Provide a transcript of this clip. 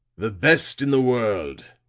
the best in the world.